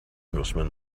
englishman